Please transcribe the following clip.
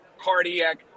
cardiac